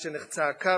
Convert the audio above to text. כשנחצה הקו,